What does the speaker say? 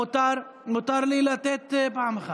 מותר לי לתת פעם אחת.